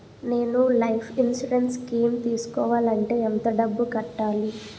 నేను life insurance scheme తీసుకోవాలంటే ఎంత డబ్బు కట్టాలి?